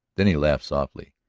then he laughed softly.